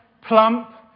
plump